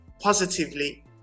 positively